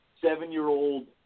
seven-year-old